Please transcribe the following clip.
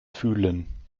fühlen